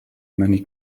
many